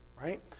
right